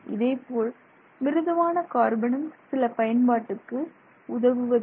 இதேபோல் மிருதுவான கார்பனும் சில பயன்பாட்டுக்கு உதவுவதில்லை